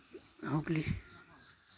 Hooghly